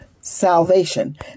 salvation